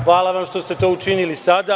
Hvala vam što ste to učinili sada.